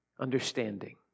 understanding